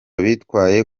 bitwaye